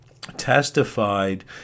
testified